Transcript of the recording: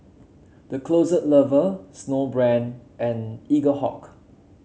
The Closet Lover Snowbrand and Eaglehawk